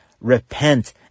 repent